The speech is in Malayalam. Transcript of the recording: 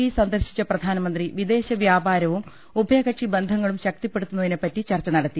ഇ സന്ദർശിച്ച പ്രധാനമന്ത്രി വിദേശവ്യാ പാരവും ഉഭയകക്ഷി ബന്ധങ്ങളും ശക്തിപ്പെടുത്തുന്നതിനെ പ്പറ്റി ചർച്ച നടത്തി